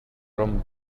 rum